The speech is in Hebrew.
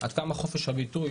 עד כמה חופש הביטוי